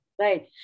Right